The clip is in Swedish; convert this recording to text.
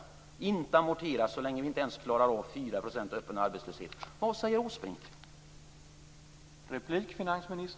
Vi vill inte amortera så länge vi inte ens klarar av 4 %